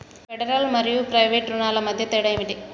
Federal మరియు private రుణాల మధ్య తేడా ఏమిటి?